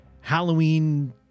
Halloween